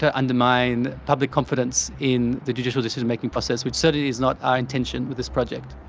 ah undermine public confidence in the judicial decision making process which certainly is not our intention with this project.